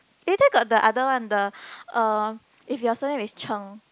eh then got the other one the um if your surname is Cheng